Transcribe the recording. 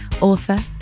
author